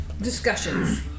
discussions